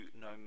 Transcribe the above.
no